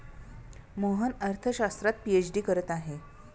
मोहन अर्थशास्त्रात पीएचडी करत आहे